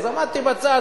אז עמדתי בצד,